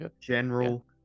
General